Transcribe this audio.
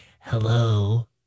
hello